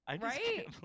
Right